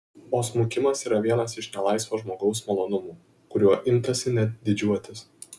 o smukimas yra vienas iš nelaisvo žmogaus malonumų kuriuo imtasi net didžiuotis